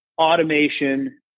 automation